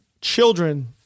children